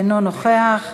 אינו נוכח,